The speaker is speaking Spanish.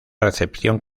recepción